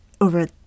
over